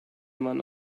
man